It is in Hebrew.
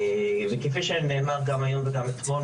וכפי שנאמר גם היום וגם אתמול,